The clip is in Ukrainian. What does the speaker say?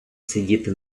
сидіти